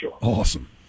awesome